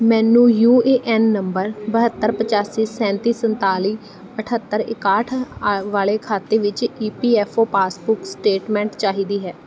ਮੈਨੂੰ U A N number ਬਹੱਤਰ ਪਚਾਸੀ ਸੈਂਤੀ ਸੰਤਾਲੀ ਅਠੱਤਰ ਇਕਾਹਠ ਆ ਵਾਲੇ ਖਾਤੇ ਲਈ E P F O passbook statement ਚਾਹੀਦੀ ਹੈ